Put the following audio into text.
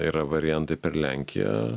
yra variantai per lenkiją